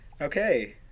Okay